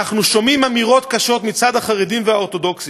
אנחנו שומעים אמירות קשות מצד החרדים והאורתודוקסים.